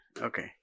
Okay